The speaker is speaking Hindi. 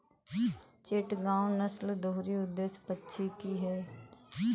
चिटगांव नस्ल दोहरी उद्देश्य पक्षी की है